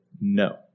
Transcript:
no